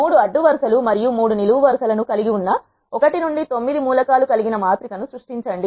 3 అడ్డు వరు సలు మరియు 3 నిలువు వరుస లను కలిగి ఉన్న 1 నుండి 9 మూలకాలు కలిగిన మాత్రిక ను సృష్టించండి